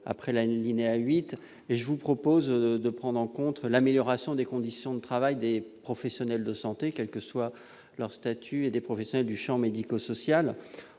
après l'alinéa 8. Je vous propose de prendre en compte l'amélioration des conditions de travail des professionnels de santé, quel que soit leur statut, et des professionnels du champ médico-social.